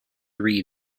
read